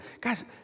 Guys